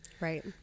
right